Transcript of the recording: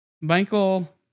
Michael